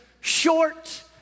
short